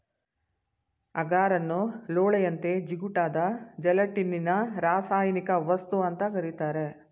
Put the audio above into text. ಅಗಾರನ್ನು ಲೋಳೆಯಂತೆ ಜಿಗುಟಾದ ಜೆಲಟಿನ್ನಿನರಾಸಾಯನಿಕವಸ್ತು ಅಂತ ಕರೀತಾರೆ